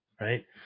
right